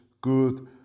good